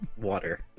water